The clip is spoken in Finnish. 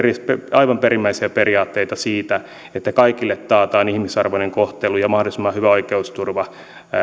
aivan perimmäisiä periaatteita siitä että kaikille taataan ihmisarvoinen kohtelu ja mahdollisimman hyvä oikeusturva